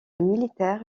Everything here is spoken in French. militaire